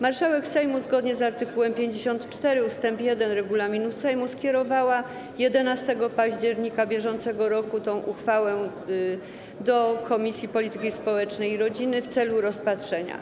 Marszałek Sejmu, zgodnie z art. 54 ust. 1 regulaminu Sejmu, skierowała 11 października br. tę uchwałę do Komisji Polityki Społecznej i Rodziny w celu rozpatrzenia.